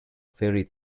ferry